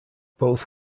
both